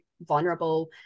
vulnerable